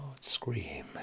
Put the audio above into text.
scream